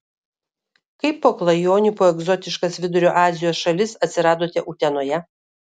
kaip po klajonių po egzotiškas vidurio azijos šalis atsiradote utenoje